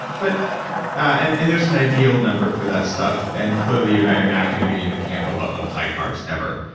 but and and there's an ideal number for that stuff and clearly you and i are not gonna be in the camp of ah of high carbs ever.